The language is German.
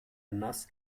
nass